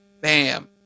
bam